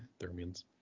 thermians